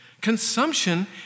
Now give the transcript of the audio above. consumption